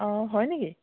অঁ হয় নেকি